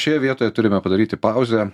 šioje vietoje turime padaryti pauzę